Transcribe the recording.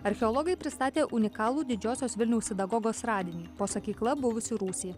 archeologai pristatė unikalų didžiosios vilniaus sinagogos radinį po sakykla buvusį rūsį